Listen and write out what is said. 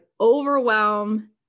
overwhelm